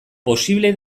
posible